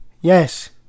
Yes